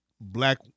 black